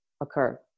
occur